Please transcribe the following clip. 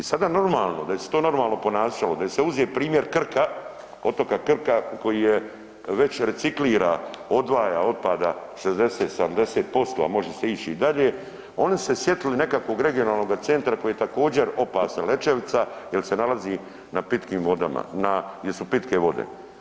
I sada normalo, da je se to normalno ponašalo da je se uzeo primjer Krka, otoka Krka koji je već reciklira, odvaja otpada 60, 70%, a može se ići i dalje, oni se sjetili nekakvog regionalnoga centra koji je također opasan Lećevica jer se nalazi na pitkim vodama, na gdje su pitke vode.